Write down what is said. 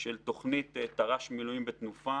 של תוכנית תר"ש מילואים בתנופה